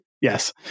Yes